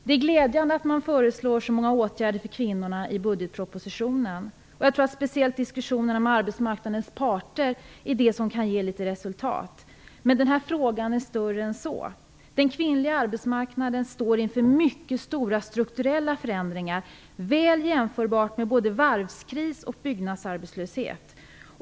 Det är glädjande att man föreslår så många åtgärder för kvinnorna i budgetpropositionen, och jag tror att speciellt diskussionerna med arbetsmarknadens parter är det som kan ge litet resultat. Men den här frågan är större än så. Den kvinnliga arbetsmarknaden står inför mycket stora strukturella förändringar, väl jämförbart med både varvskris och byggnadsarbetslöshet.